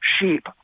sheep